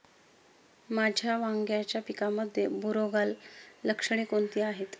माझ्या वांग्याच्या पिकामध्ये बुरोगाल लक्षणे कोणती आहेत?